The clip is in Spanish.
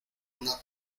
una